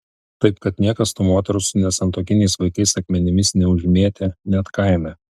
taip kad niekas tų moterų su nesantuokiniais vaikais akmenimis neužmėtė net kaime